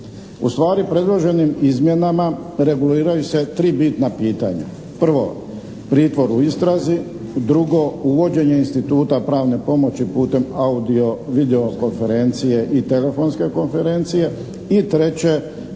Ustvari predloženim izmjenama reguliraju se tri bitna pitanja. Prvo, pritvor u istrazi. Drugo, uvođenje instituta pravne pomoći putem audio, video konferencije i telefonske konferencije. I treće,